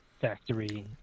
factory